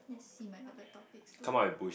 see might not the topics though